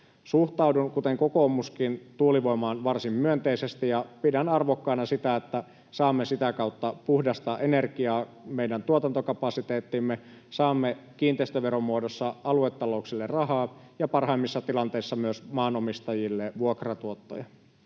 Suhtaudun, kuten kokoomuskin, tuulivoimaan varsin myönteisesti ja pidän arvokkaana sitä, että saamme sitä kautta puhdasta energiaa meidän tuotantokapasiteettiimme, saamme kiinteistöveron muodossa aluetalouksille rahaa ja parhaimmissa tilanteissa myös maanomistajille vuokratuottoja.